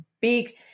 big